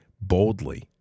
boldly